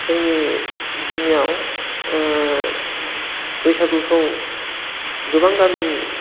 जोंनि गामियाव बैसागुखौ गोबां गामि